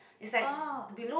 !oh!